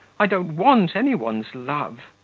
i don't want any one's love.